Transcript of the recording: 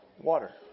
water